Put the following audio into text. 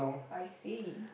I see